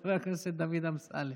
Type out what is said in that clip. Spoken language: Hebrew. את חבר הכנסת דוד אמסלם,